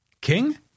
King